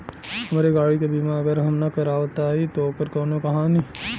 हमरे गाड़ी क बीमा अगर हम ना करावत हई त ओकर से कवनों हानि?